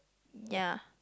ya